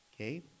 Okay